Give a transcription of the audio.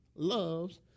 Loves